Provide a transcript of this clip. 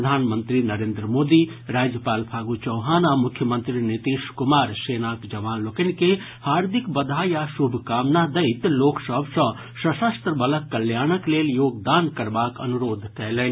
प्रधानमंत्री नरेंद्र मोदी राज्यपाल फागू चौहान आ मुख्यमंत्री नीतीश कुमार सेनाक जवान लोकनि के हार्दिक बधाई आ शुभकामना दैत लोक सभ सँ सशस्त्र बलक कल्याणक लेल योगदान करबाक अनुरोध कयलनि